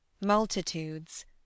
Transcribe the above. Multitudes